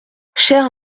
chère